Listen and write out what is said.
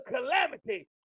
calamity